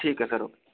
ठीक ऐ sir okay